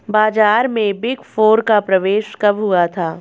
बाजार में big four का प्रवेश कब हुआ था?